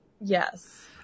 Yes